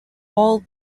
all